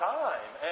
time